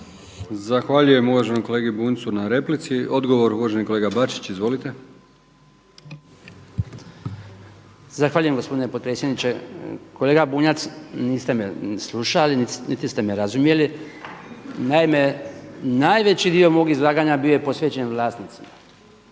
Zahvaljujem uvaženom kolegi Bunjcu na replici. Odgovor uvaženi kolega Bačić. Izvolite. **Bačić, Branko (HDZ)** Zahvaljujem gospodine potpredsjedniče. Kolega Bunjac niste me slušali niti ste me razumjeli. Naime, najveći dio mog izlaganja bio je posvećen vlasnicima.